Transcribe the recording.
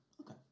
Okay